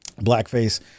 blackface